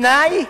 תנאי: